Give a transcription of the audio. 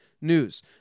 news